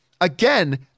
again